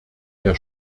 der